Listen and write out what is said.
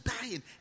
dying